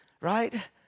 right